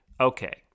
Okay